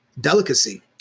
delicacy